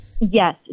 Yes